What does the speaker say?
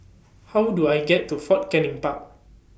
How Do I get to Fort Canning Park